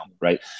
right